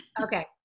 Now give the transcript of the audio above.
Okay